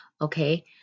Okay